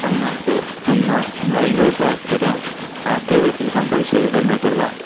fine ಹಾಕ್ತಾರೆ ತುಂಬ ಒಂದು ಐನೂರು ರೂಪಾಯಿ ಹಾಕ್ತಾರೆ ಹಾಕ್ಲೇಬೇಕು ಇಲ್ಲಿ ಕಂಪಲ್ಸರಿ ಹೆಲ್ಮೆಟೆಲ್ಲ